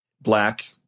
black